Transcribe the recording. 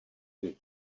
dvě